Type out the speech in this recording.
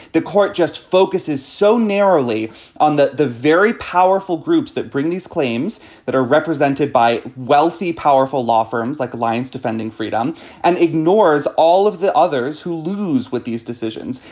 the court just focuses so narrowly on the the very powerful groups that bring these claims that are represented by wealthy, powerful law firms like alliance defending freedom and ignores all of the others who lose with these decisions.